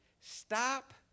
Stop